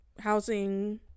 housing